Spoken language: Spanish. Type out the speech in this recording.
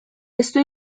esto